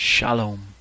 Shalom